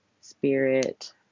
Spirit